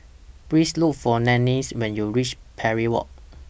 Please Look For Nanette when YOU REACH Parry Walk